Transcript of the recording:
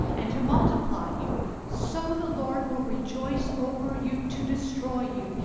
and to multiply you so the lord will rejoice over you to destroy you,